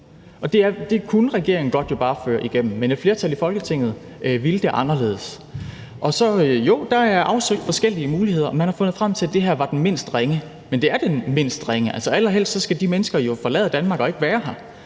Det kunne regeringen jo godt bare føre igennem, men et flertal i Folketinget ville det anderledes. Og jo, der er afsøgt forskellige muligheder, og man har fundet frem til, at det her var den mindst ringe. Men det er den mindst ringe. Allerhelst skal de mennesker jo forlade Danmark og ikke være her.